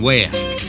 West